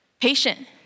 patient